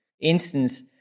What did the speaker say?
instance